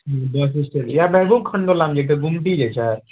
बस stand इएह बेगो खण्डोलामऽ जे गुमती जे छै